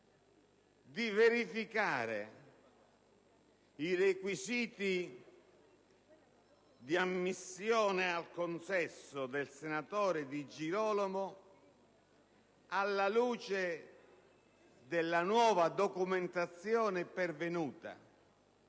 di verificare i requisiti di ammissione a questo consesso del senatore Di Girolamo alla luce della nuova documentazione pervenuta.